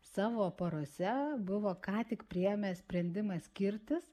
savo porose buvo ką tik priėmė sprendimą skirtis